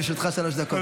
לרשותך שלוש דקות.